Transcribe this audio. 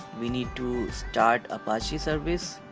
we need to start apache service.